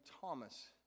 Thomas